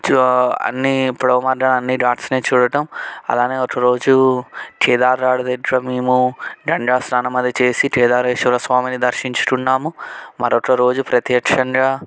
చూ అన్నీ పడవ మార్గాన అన్నీ ఘాట్స్ని చూడటం అలానే ఒక రోజు కేదార్నాథ్ దగ్గర మేము గంగా స్నానం అది చేసి కేదారేశ్వర స్వామిని దర్శించుకున్నాము మరొక రోజు ప్రత్యక్షంగా